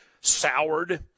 soured